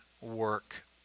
work